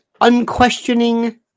unquestioning